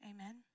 Amen